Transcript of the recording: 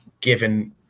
given